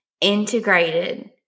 integrated